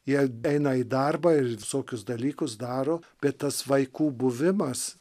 jie eina į darbą ir visokius dalykus daro bet tas vaikų buvimas